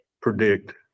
predict